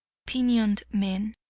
pinioned men!